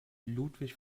ludwig